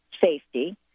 safety